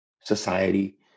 society